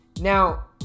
Now